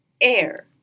air